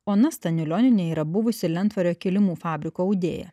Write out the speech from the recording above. ona staniulionienė yra buvusi lentvario kilimų fabriko audėja